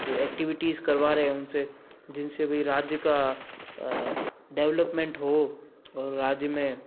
जो एक्टिविटीज़ करवा रहे हैं उनसे जिनसे भी राज्य का डेवलपमेंट हो और राज्य में